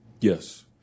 Yes